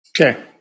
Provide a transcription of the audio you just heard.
Okay